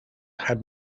had